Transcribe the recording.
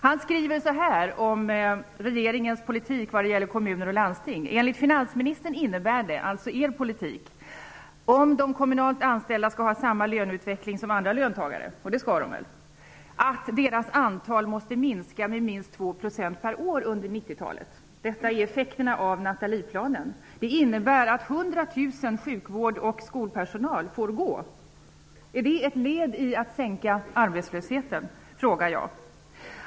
Han skriver så här om regeringens politik vad gäller kommuner och landsting: Enligt finansministern innebär det -- alltså er politik -- om de kommunalt anställda skall ha samma löneutveckling som andra löntagare -- och det skall de väl -- att deras antal måste minska med minst 2 % per år under 90-talet. Detta är effekterna av Nathalieplanen. Det innebär att 100 000 av sjukvårds och skolpersonalen får gå. Är det ett led i att minska arbetslösheten? frågar jag.